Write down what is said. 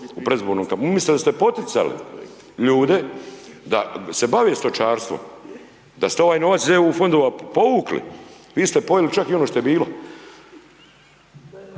u predizbornoj kampanji, umjesto da ste poticali ljude da se bave stočarstvom, da ste ovaj novac iz EU fondova povukli, vi ste pojili čak i ono šta je bilo.